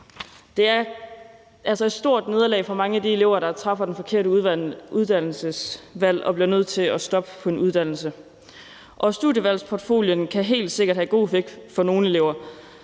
Det er et stort nederlag for mange af de elever, der træffer det forkerte uddannelsesvalg og bliver nødt til at stoppe på en uddannelse. Studievalgsportfolien kan helt sikkert have god effekt for nogle elever